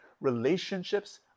Relationships